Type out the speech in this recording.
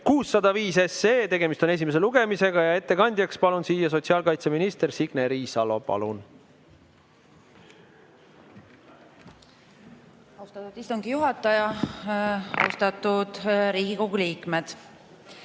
605. Tegemist on esimese lugemisega. Ettekandjaks palun siia sotsiaalkaitseminister Signe Riisalo. Austatud istungi juhataja! Austatud Riigikogu liikmed!